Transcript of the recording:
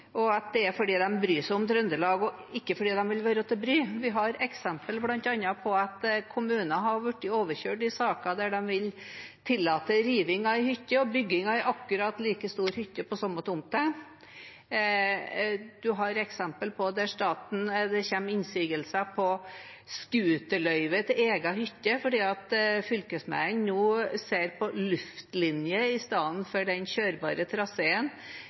– at det er fordi de bryr seg om Trøndelag, og ikke fordi de vil være til bry. Det er bl.a. eksempler på at kommuner har blitt overkjørt i saker der de vil tillate riving av en hytte og bygging av en akkurat like stor hytte på samme tomt. Det er eksempler på innsigelser mot scooterløyve til egen hytte fordi fylkesmennene ser på luftlinjen i stedet for på den kjørbare traseen,